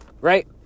right